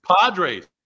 Padres